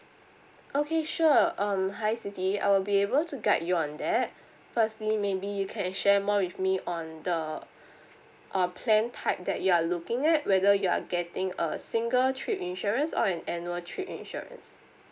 okay sure um hi siti I will be able to guide you on that firstly maybe you can share more with me on the uh plan type that you are looking at whether you are getting a single trip insurance or an annual trip insurance